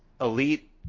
elite